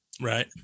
right